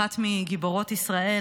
אחת מגיבורות ישראל,